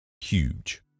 Huge